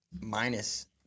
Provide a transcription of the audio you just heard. minus